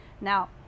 Now